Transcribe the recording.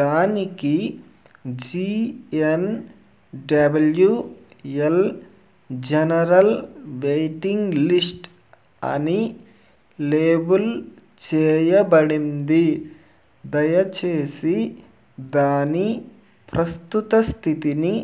దానికి G N W L general waiting list అని label చేయబడింది దయచేసి దాని ప్రస్తుత స్థితిని